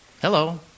Hello